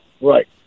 Right